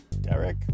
Derek